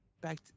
back